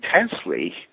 intensely